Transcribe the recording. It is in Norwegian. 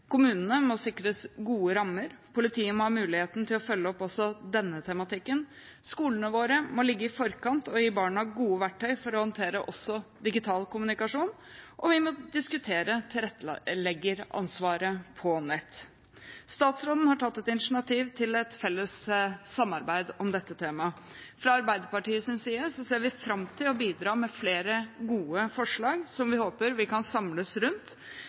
Kommunene må sikres gode rammer, og politiet må ha muligheten til å følge opp også denne tematikken. Skolene våre må ligge i forkant og gi barna gode verktøy for å håndtere digital kommunikasjon, og vi må diskutere tilretteleggeransvaret på nett. Statsråden har tatt et initiativ til et felles samarbeid om dette temaet. Fra Arbeiderpartiets side ser vi fram til å bidra med flere gode forslag som vi håper vi kan samles rundt